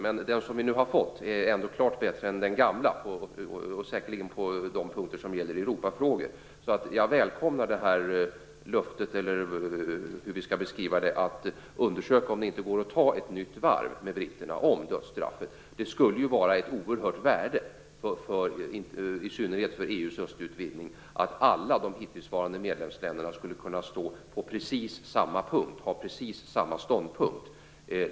Men den som vi nu har fått är säkerligen klart bättre än den gamla på de punkter som gäller Europafrågor. Därför välkomnar jag det här löftet - eller hur vi nu skall beskriva det - om att man skall undersöka om det inte går att ta ett nytt varv med britterna om dödsstraffet. Det skulle ju vara av ett oerhört värde - i synnerhet för EU:s östutvidgning - om alla de hittillsvarande medlemsländerna skulle kunna stå på precis samma punkt, ha precis samma ståndpunkt.